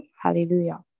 Hallelujah